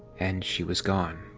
and she was gone,